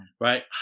right